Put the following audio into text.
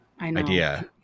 idea